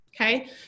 okay